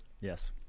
Yes